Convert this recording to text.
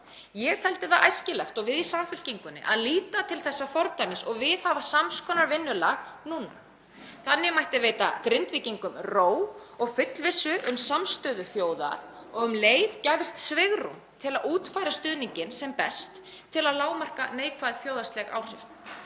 Ég teldi það æskilegt, og við í Samfylkingunni, að líta til þessa fordæmis og viðhafa sams konar vinnulag núna. Þannig mætti veita Grindvíkingum ró og fullvissu um samstöðu þjóðar og um leið gæfist svigrúm til að útfæra stuðninginn sem best til að lágmarka neikvæð þjóðhagsleg áhrif.